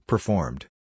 Performed